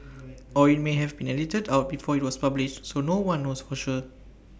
or IT may have been edited out before IT was published so no one knows for sure